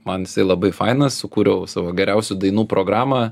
man jisai labai fainas sukūriau savo geriausių dainų programą